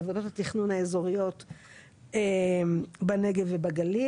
בוועדות התכנון האזוריות בנגב ובגליל.